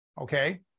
Okay